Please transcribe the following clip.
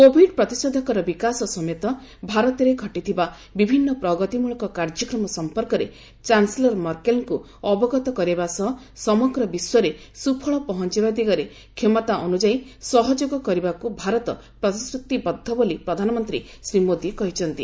Covid ପ୍ରତିଷେଧକର ବିକାଶ ସମେତ ଭାରତରେ ଘଟିଥିବା ବିଭିନ୍ନ ପ୍ରଗତିମୂଳକ କାର୍ଯ୍ୟକ୍ରମ ସଂପର୍କରେ ଚାନ୍ସେଲର ମର୍କେଲଙ୍କୁ ଅବଗତ କରାଇବା ସହ ସମଗ୍ର ବିଶ୍ୱରେ ସୁଫଳ ପହଞ୍ଚାଇବା ଦିଗରେ କ୍ଷମତା ଅନୁଯାୟୀ ସହଯୋଗ କରିବାକୁ ଭାରତ ପ୍ରତିଶ୍ରତିବଦ୍ଧ ବୋଲି ପ୍ରଧାନମନ୍ତ୍ରୀ ଶ୍ରୀ ମୋଦୀ କହିଚ୍ଛନ୍ତି